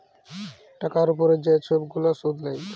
টাকার উপরে যে ছব গুলা সুদ লেয়